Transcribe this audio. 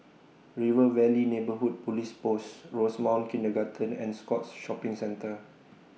River Valley Neighbourhood Police Post Rosemount Kindergarten and Scotts Shopping Centre